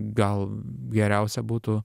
gal geriausia būtų